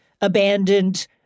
abandoned